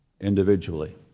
individually